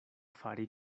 fari